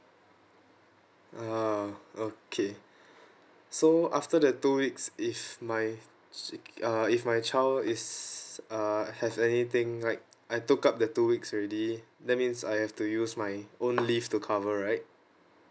ah okay so after the two weeks if my sick uh if my child is uh have anything right I took up the two weeks already that means I have to use my own leave to cover right